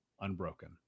unbroken